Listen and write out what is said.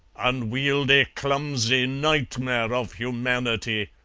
unwieldy, clumsy nightmare of humanity!